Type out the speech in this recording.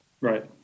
Right